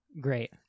Great